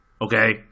okay